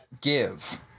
give